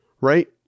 right